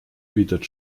bietet